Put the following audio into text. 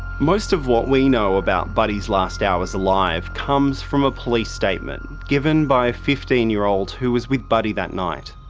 most of what we know about buddy's last hours alive comes from a police statement given by a fifteen year old who was with buddy that night.